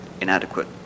inadequate